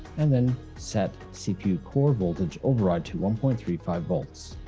and then set cpu core voltage override to one point three five volts.